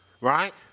right